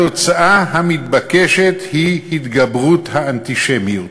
התוצאה המתבקשת היא התגברות האנטישמיות,